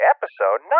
Episode